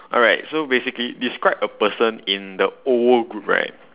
alright so basically describe a person in the O O group right